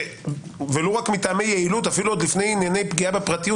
ולו מטעמי יעילות אפילו עוד לפני ענייני פגיעה בפרטיות